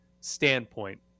standpoint